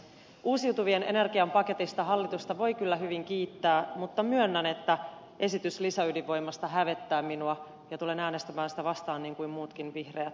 uusiutuvan energian paketista hallitusta voi kyllä hyvin kiittää mutta myönnän että esitys lisäydinvoimasta hävettää minua ja tulen äänestämään sitä vastaan niin kuin muutkin vihreät